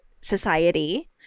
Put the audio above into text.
society